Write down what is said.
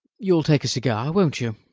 you'll take a cigar, won't you?